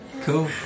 Cool